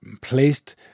Placed